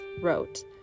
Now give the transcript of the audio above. wrote